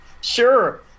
Sure